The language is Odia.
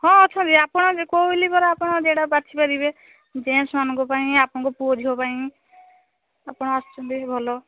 ହଁ ଅଛନ୍ତି ଆପଣ କହିଲି ପରା ଆପଣ ଯେଟା ବାଛିପାରିବେ ଜେଣ୍ଟସ୍ମାନଙ୍କ ପାଇଁ ଆପଣଙ୍କ ପୁଅ ଝିଅଙ୍କ ପାଇଁ ଆପଣ ଆସିଛନ୍ତି ବି ଭଲ